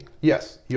Yes